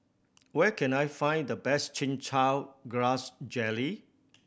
where can I find the best Chin Chow Grass Jelly